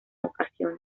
ocasiones